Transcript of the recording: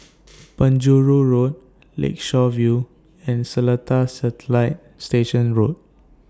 Penjuru Road Lakeshore View and Seletar Satellite Station Road